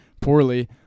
poorly